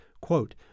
quote